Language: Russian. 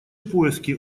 поиски